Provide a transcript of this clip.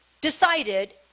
decided